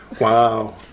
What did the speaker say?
wow